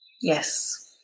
yes